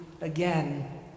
again